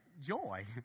joy